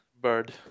Bird